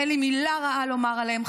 אין לי מילה רעה לומר עליהם,